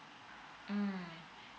mm